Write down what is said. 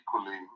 equally